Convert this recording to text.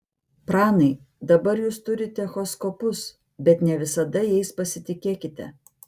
pranai dabar jūs turite echoskopus bet ne visada jais pasitikėkite